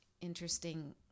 interesting